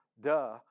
duh